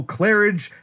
Claridge